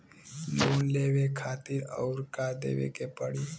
Loan लेवे खातिर अउर का देवे के पड़ी?